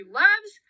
loves